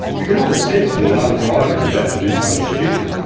we can often sense when another driver is about to do something stupid.